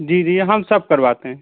जी जी हम सब करवाते हैं